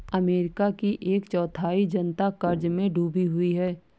America की एक चौथाई जनता क़र्ज़ में डूबी हुई है